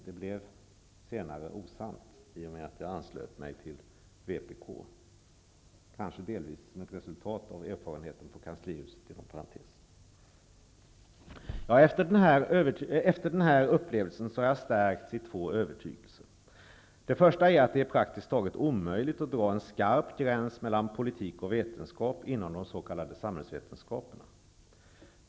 Det blev senare osant, i och med att jag anslöt mig till vpk, inom parentes sagt kanske delvis som ett resultat av erfarenheten från Kanslihuset. Efter den här upplevelsen har jag stärkts i två övertygelser. Den första är att det är praktiskt taget omöjligt att dra en skarp gräns mellan politik och vetenskap inom de s.k. samhällsvetenskaperna.